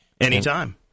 anytime